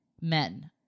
Men